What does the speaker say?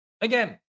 Again